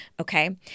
Okay